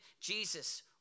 Jesus